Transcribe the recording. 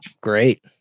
Great